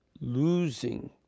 losing